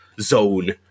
zone